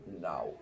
No